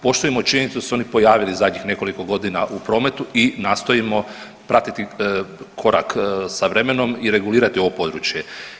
Poštujemo činjenicu da su se oni pojavili zadnjih nekoliko godina u prometu i nastojim prati korak sa vremenom i regulirati ovo područje.